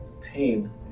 pain